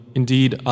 indeed